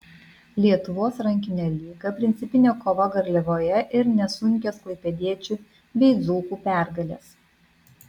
lietuvos rankinio lyga principinė kova garliavoje ir nesunkios klaipėdiečių bei dzūkų pergalės